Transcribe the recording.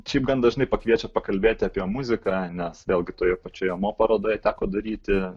šiaip gan dažnai pakviečia pakalbėti apie muziką nes vėlgi toje pačioje mo parodoje teko daryti